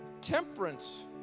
Temperance